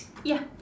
ya